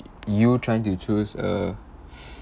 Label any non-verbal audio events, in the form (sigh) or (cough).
you trying to choose uh (breath)